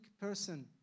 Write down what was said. person